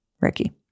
Ricky